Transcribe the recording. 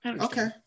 okay